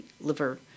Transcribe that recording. liver